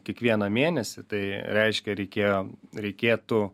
kiekvieną mėnesį tai reiškia reikėjo reikėtų